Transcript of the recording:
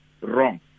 wrong